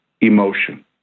emotion